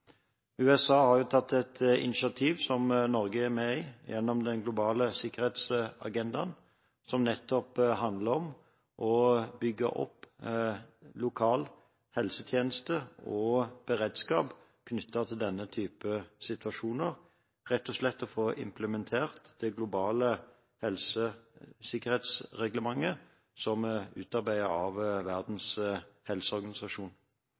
USA har jo tatt et initiativ som Norge er med i gjennom den globale sikkerhetsagendaen, som handler om nettopp å bygge opp lokal helsetjeneste og beredskap knyttet til denne type situasjoner, om rett og slett å få implementert det globale helse- og sikkerhetsreglementet som er utarbeidet av Verdens helseorganisasjon.